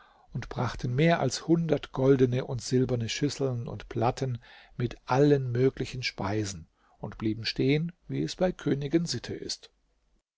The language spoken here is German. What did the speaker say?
und brachten mehr als hundert goldene und silberne schüsseln und platten mit allen möglichen speisen und blieben stehen wie es bei königen sitte ist